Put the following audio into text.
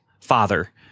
father